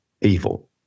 evil